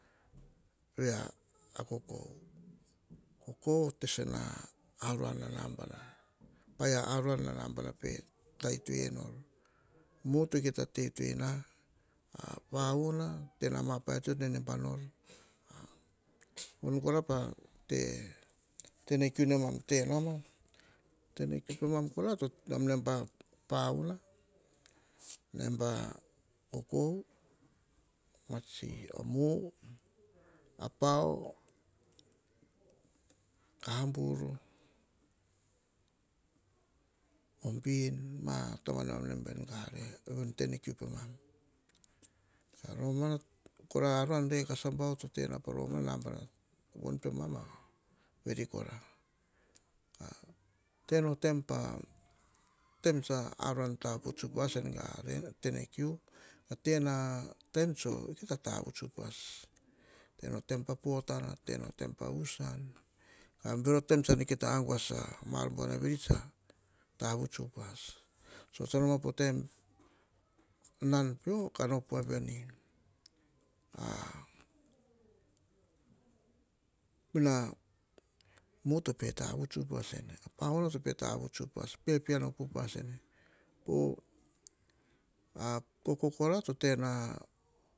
Veia kokou. Kokou to te suna paia arom, na nabona pe ta itoi nor mu to kita te itoi na, pamuana ma paia. Ti rova to neneba nor. Voni kora pa te teni kiu, nemam tenana, tene ma tsi omu, pao, kaburu, o bin ma taba nemoun neba en garen en tene kiu kora pemam, nemam neba pamuana, neba kokou, ma tsi omu, pao kaboru, o bin ma taba nemam neba en garen en tene kiu pemam. Ka romana, aruam rekasa bavu to tena pa romana, nabana, von pemam, veri kora. Tena taim pa taim tsa aruam tavuts upas en tene kiu, ke tena taim tsa aruam tavuts upas en tene kiu, ke tena taim tso kita tavuts upas. Tena o taim pa potana tene o taim pa husami bero taim tsam aguas a ma ar buar veri tsa kita tavuts upas. Ko ia ka kes noma po nom pio kam op voa veni ina mu to pe tavuts upas ene. Pomuna to tavut upas ene, ka pe puana upas ene a kokou kokra tena.